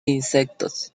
insectos